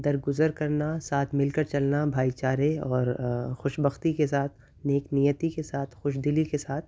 درگزر کرنا ساتھ مل کر چلنا بھائی چارے اور خوش بختی کے ساتھ نیک نیتی کے ساتھ خوش دلی کے ساتھ